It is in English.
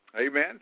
Amen